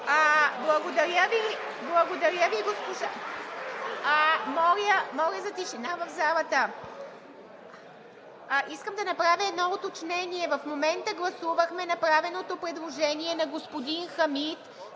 Благодаря Ви, госпожо Николова. Моля за тишина в залата! Искам да направя едно уточнение. В момента гласувахме направеното предложение на господин Хамид